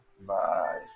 Bye